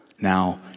Now